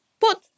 put